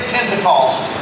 Pentecost